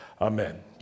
Amen